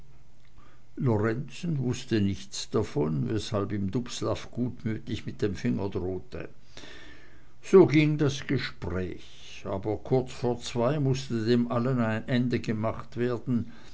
wußte nichts davon weshalb ihm dubslav gutmütig mit dem finger drohte so ging das gespräch aber kurz vor zwei mußte dem allem ein ende gemacht werden